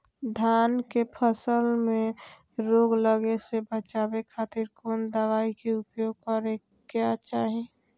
धान के फसल मैं रोग लगे से बचावे खातिर कौन दवाई के उपयोग करें क्या चाहि?